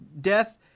death